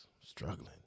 struggling